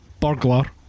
burglar